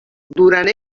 durant